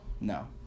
No